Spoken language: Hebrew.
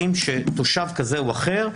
בגלל דברים כאלה שעושה תושב כזה או אחר.